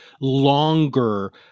longer